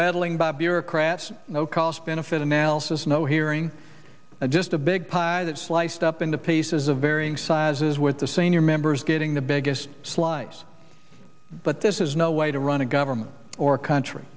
bureaucrats no cost benefit analysis no hearing just a big pie that sliced up into pieces of varying sizes with the senior members getting the biggest slice but this is no way to run a government or country